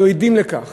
אנחנו עדים לכך